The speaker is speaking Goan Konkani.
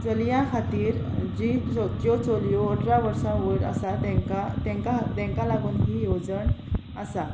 चलयां खातीर जी ज्यो ज्यो चलयो अठरा वर्सां वयर आसा तांकां तांकां तांकां लागून ही येवजण आसा